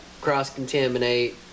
cross-contaminate